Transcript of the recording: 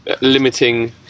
limiting